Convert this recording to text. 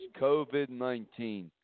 COVID-19